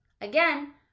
Again